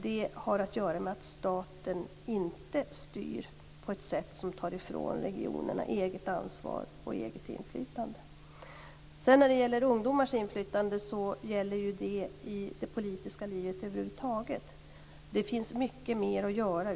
Det har att göra med att staten inte styr på ett sätt som tar ifrån regionerna eget ansvar och eget inflytande. När det sedan gäller ungdomars inflytande gäller det i det politiska livet över huvud taget att det finns mycket mer att göra.